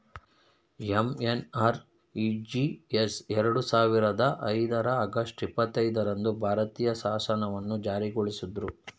MNREGS ಎರಡು ಸಾವಿರದ ಐದರ ಆಗಸ್ಟ್ ಇಪ್ಪತ್ತೈದು ರಂದು ಭಾರತೀಯ ಶಾಸನವನ್ನು ಜಾರಿಗೊಳಿಸಿದ್ರು